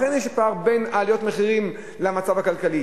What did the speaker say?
לכן יש פער בין עליות המחירים למצב הכלכלי,